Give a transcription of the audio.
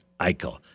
Eichel